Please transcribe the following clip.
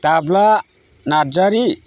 Dabla Narzary